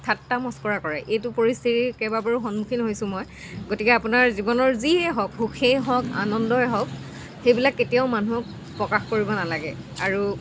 ঠাট্টা মস্কৰা কৰে এইটো পৰিস্থিতিৰ কেইবাবাৰো সন্মুখীন হৈছোঁ মই গতিকে আপোনাৰ জীৱনৰ যিয়ে হওক সুখেই হওক আনন্দই হওক সেইবিলাক কেতিয়াও মানুহক প্ৰকাশ কৰিব নালাগে আৰু